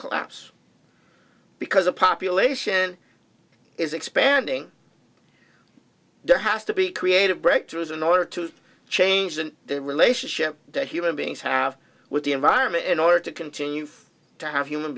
collapse because a population is expanding there has to be creative breakthroughs in order to change and the relationship that human beings have with the environment in order to continue to have human